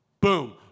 boom